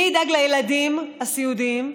מי ידאג לילדים הסיעודיים?